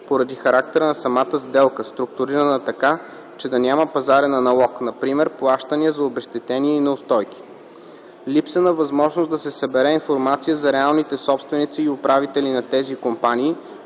поради характера на самата сделка, структурирана така, че да няма пазарен аналог (например, плащания за обезщетения и неустойки); - липса на възможност да се събере информация за реалните собственици и управители на тези компании;